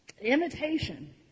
imitation